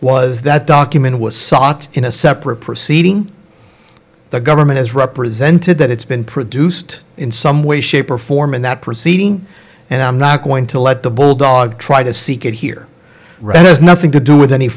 was that document was sought in a separate proceeding the government is represented that it's been produced in some way shape or form in that proceeding and i'm not going to let the bulldog try to seek it here read has nothing to do with any